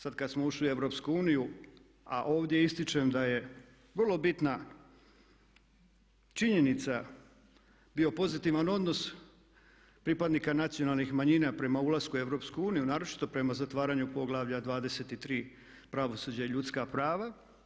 Sad kad smo ušli u EU a ovdje ističem da je vrlo bitna činjenica bio pozitivan odnos pripadnika nacionalnih manjina prema ulasku u EU, naročito prema zatvaranju Poglavlja 23. – Pravosuđe i ljudska prava.